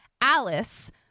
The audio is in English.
Alice